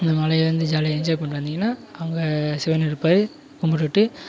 அந்த மலையை வந்து ஜாலியாக என்ஜாய் பண்ணிட்டு வந்திங்கன்னால் அங்கே சிவன் இருப்பார் கும்பிட்டுட்டு